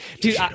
Dude